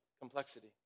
complexity